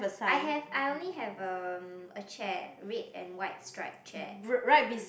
I have I only have um a chair red and white stripe chair